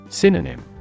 synonym